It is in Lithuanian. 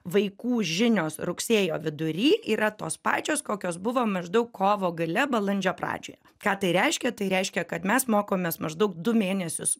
vaikų žinios rugsėjo vidury yra tos pačios kokios buvo maždaug kovo gale balandžio pradžioje ką tai reiškia tai reiškia kad mes mokomės maždaug du mėnesius